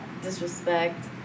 disrespect